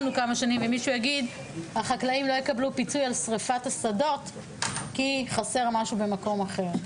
ומישהו יגיד שהחקלאים לא יקבלו פיצוי כי חסר משהו במקום אחר.